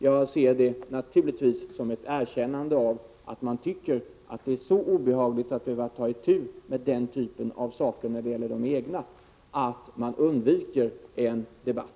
Jag ser det naturligtvis såsom ett erkännande av att man tycker att det är så obehagligt att behöva ta itu med den typen av angrepp när det gäller de egna att man undviker en debatt.